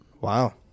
Wow